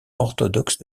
orthodoxe